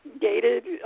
gated